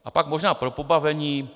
A pak možná pro pobavení.